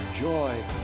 joy